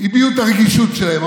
הביעו את הרגישות שלהם,